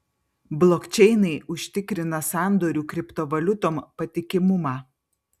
blokčeinai užtikrina sandorių kriptovaliutom patikimumą